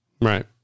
Right